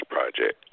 Project